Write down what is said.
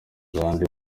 kandi